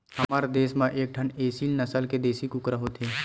हमर देस म एकठन एसील नसल के देसी कुकरा होथे